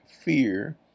fear